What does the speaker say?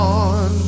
on